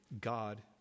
God